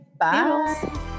Bye